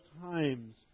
times